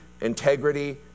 integrity